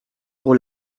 pour